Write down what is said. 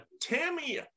tammy